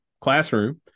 classroom